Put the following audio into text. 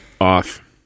off